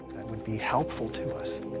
that would be helpful to us